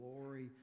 glory